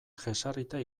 jesarrita